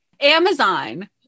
Amazon